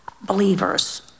believers